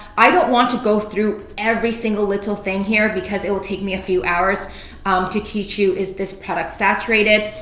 i don't want to go through every single little thing here because it'll take me a few hours um to teach you, is this product saturated?